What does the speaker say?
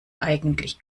eigentlich